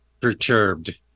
perturbed